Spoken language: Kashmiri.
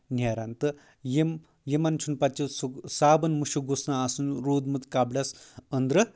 نیران تہٕ یِمن چھُنہٕ پتہٕ چھِ سُہ صابن مُشُک گوٚژھ نہٕ آسُن روٗدمُت کبڑس أنٛدرٕ